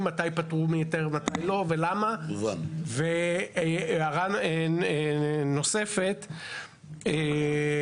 ובמובן יותר רחב גם להנגיש את המידע